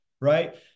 right